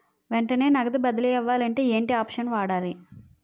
వెంటనే నగదు బదిలీ అవ్వాలంటే ఏంటి ఆప్షన్ వాడాలి?